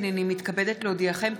הינני מתכבדת להודיעכם,